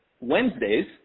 Wednesdays